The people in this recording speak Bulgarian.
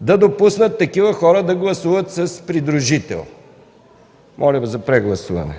да допуснат такива хора да гласуват с придружител. Моля за прегласуване.